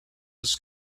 was